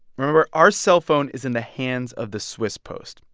remember our cellphone is in the hands of the swiss post.